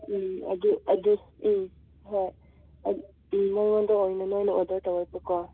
ꯎꯝ ꯑꯗꯨ ꯎꯝ ꯍꯣꯏ ꯎꯝ ꯃꯣꯏꯉꯣꯟꯗ ꯑꯣꯏꯅ ꯅꯣꯏꯅ ꯑꯣꯗꯔ ꯇꯧꯋꯦꯕꯀꯣ